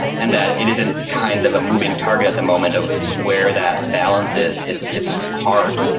and that it isn't kind of a moving target at the moment of where that balance is. it's it's hard,